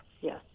yes